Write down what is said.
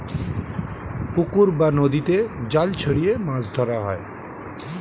পুকুর বা নদীতে জাল ছড়িয়ে মাছ ধরা হয়